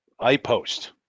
iPost